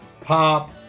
pop